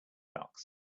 ducks